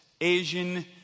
Asian